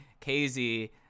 kz